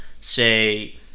say